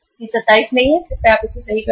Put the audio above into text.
यह 27 सही नहीं है कृपया इसे सही करें